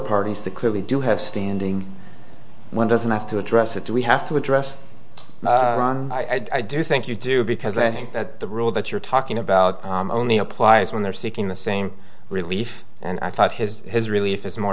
parties that clearly do have standing one doesn't have to address it do we have to address i do think you do because i think that the rule that you're talking about only applies when they're seeking the same relief and i thought his his relief is more